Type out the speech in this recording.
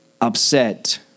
upset